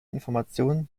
informationen